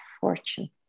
fortune